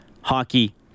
Hockey